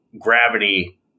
gravity